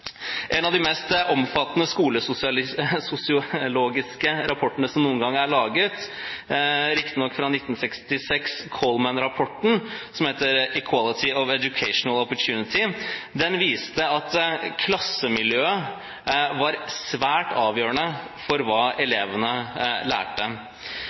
En av de mest omfattende skolesosiologiske rapportene som noen gang er laget – riktignok fra 1966 – Coleman-rapporten, som heter Equality of Educational Opportunity, viste at klassemiljøet var svært avgjørende for hva elevene lærte.